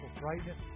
brightness